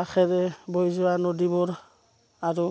কাষেৰে বৈ যোৱা নদীবোৰ আৰু